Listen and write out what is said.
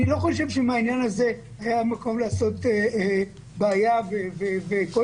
אני לא חושב שמהעניין הזה היה מקום לעשות בעיה וקושי.